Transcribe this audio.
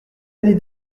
année